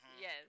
yes